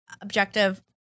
objective